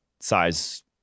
Size